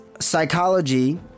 psychology